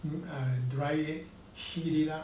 I dry it heat it up